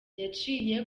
yaciye